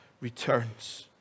returns